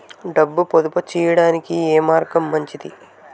డబ్బు పొదుపు చేయటానికి ఏ మార్గం మంచిది?